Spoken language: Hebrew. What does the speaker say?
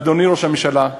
אדוני ראש הממשלה,